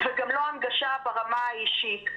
וגם לא הנגשה ברמה האישית.